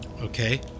Okay